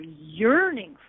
yearning